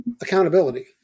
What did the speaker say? accountability